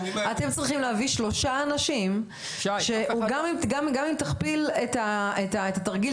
אתם צריכים להביא שלושה אנשים שגם אם תכפיל את התרגיל,